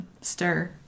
stir